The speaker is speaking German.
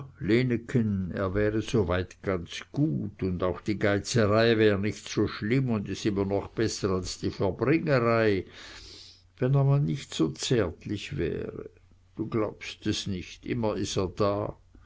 er wäre soweit ganz gut un auch die geizerei wäre nich so schlimm un is immer noch besser als die verbringerei wenn er man nich so zärtlich wäre du glaubst es nich immer is er da